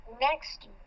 next